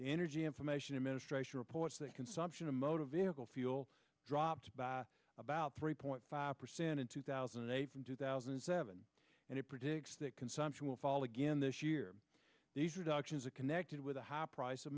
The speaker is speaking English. energy information administration reports that consumption of motor vehicle fuel dropped by about three point five percent in two thousand and eight from two thousand and seven and it predicts that consumption will fall again this year these reductions are connected with the high price of